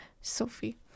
Sophie